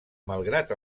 malgrat